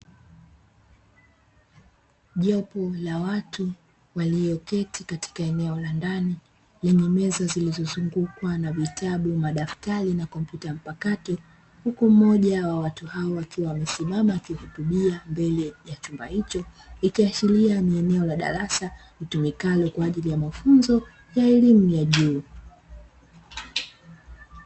Jopo la watu walioketi katika eneo la ndani lenye meza zilizozungukwa na; vitabu, madaftari na kompyuta mpakato, huku mmoja wa watu hao wakiwa wamesimama akihutubia mbele ya chumba hicho, ikiashiria ni eneo la darasa litumikalo kwa ajili ya mafunzo ya elimu ya juu.